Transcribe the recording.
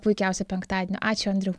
puikiausio penktadienio ačiū andriau